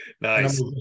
Nice